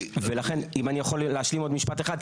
ולכן, אם יכול להשלים עוד משפט אחד.